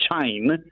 chain